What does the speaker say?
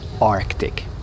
Arctic